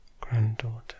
granddaughter